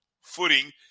footing